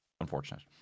unfortunate